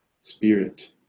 spirit